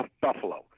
Buffalo